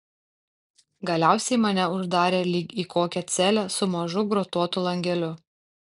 galiausiai mane uždarė lyg į kokią celę su mažu grotuotu langeliu